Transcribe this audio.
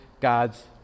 God's